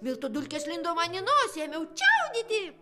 miltų dulkės lindo man į nosį ėmiau čiaudėti